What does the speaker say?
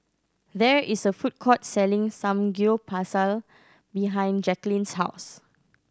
there is a food court selling Samgyeopsal behind Jackeline's house